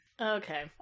Okay